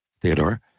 Theodore